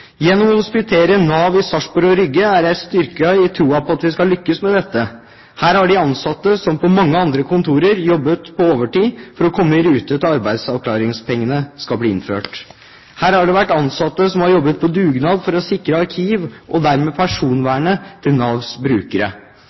Gjennom å hospitere hos Nav i Sarpsborg og Rygge er jeg styrket i troen på at vi skal lykkes med dette. Her har de ansatte, som på mange andre kontorer, jobbet overtid for å komme i rute til arbeidsavklaringspengene skal bli innført. Her har det vært ansatte som har jobbet på dugnad for å sikre arkiv, og dermed personvernet til Navs brukere.